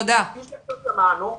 כפי ששמענו,